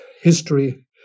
history